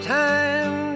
time